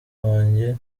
wanjye